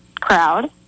crowd